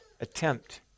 Attempt